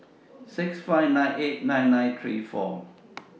six five nine eight nine nine three four